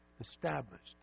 established